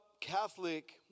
Catholic